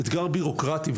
אתגר בירוקרטי.